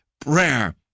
prayer